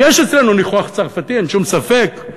יש אצלנו ניחוח צרפתי, אין שום ספק,